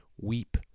Weep